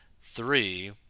three